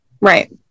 Right